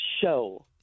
show